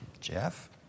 Jeff